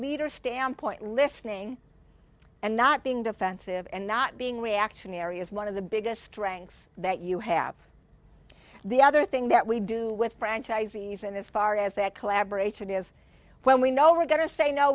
leader standpoint listening and not being defensive and not being reactionary is one of the biggest strengths that you have the other thing that we do with franchisees and as far as a collaboration is when we know we're going to say no